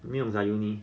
没有 guiding